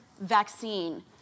vaccine